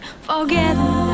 Forget